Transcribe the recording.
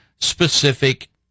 specific